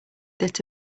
that